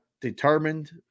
determined